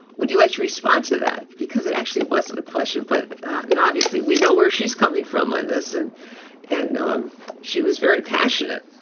would you like to respond to that? because it actually wasn't a question. but obviously, we know where she's coming from on this. and and she was very passionate